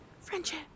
Friendship